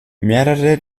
mehrere